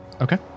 Okay